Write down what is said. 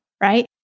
right